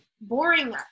boring